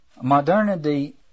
Modernity